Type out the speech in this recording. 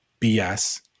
BS